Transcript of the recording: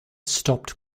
stopped